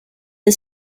the